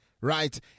right